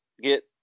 get